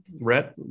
Rhett